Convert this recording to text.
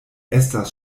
estas